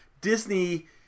Disney